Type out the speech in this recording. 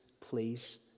Please